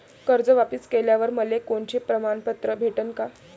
कर्ज वापिस केल्यावर मले कोनचे प्रमाणपत्र भेटन का?